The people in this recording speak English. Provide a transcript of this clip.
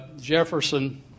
Jefferson